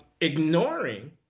ignoring